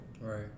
Right